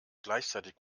gleichzeitig